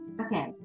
okay